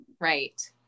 right